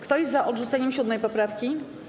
Kto jest za odrzuceniem 7. poprawki?